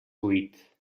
huit